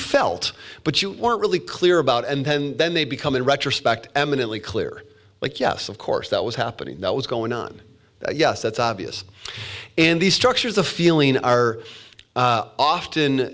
felt but you weren't really clear about and then they become in retrospect eminently clear like yes of course that was happening that was going on yes that's obvious and these structures the feeling are often